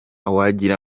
wagira